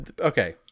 Okay